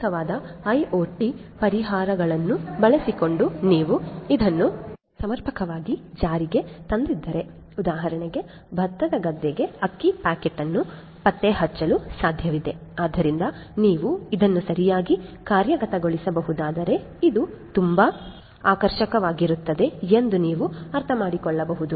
ಸೂಕ್ತವಾದ ಐಒಟಿ ಪರಿಹಾರಗಳನ್ನು ಬಳಸಿಕೊಂಡು ನೀವು ಇದನ್ನು ಸಮರ್ಪಕವಾಗಿ ಜಾರಿಗೆ ತಂದಿದ್ದರೆ ಉದಾಹರಣೆಗೆ ಭತ್ತದ ಗದ್ದೆಗೆ ಅಕ್ಕಿ ಪ್ಯಾಕೆಟ್ ಅನ್ನು ಪತ್ತೆಹಚ್ಚಲು ಸಾಧ್ಯವಿದೆ ಆದ್ದರಿಂದ ನೀವು ಇದನ್ನು ಸರಿಯಾಗಿ ಕಾರ್ಯಗತಗೊಳಿಸಬಹುದಾದರೆ ಇದು ತುಂಬಾ ಆಕರ್ಷಕವಾಗಿರುತ್ತದೆ ಎಂದು ನೀವು ಅರ್ಥಮಾಡಿಕೊಳ್ಳಬಹುದು